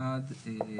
אחד,